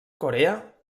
corea